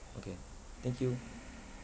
okay thank you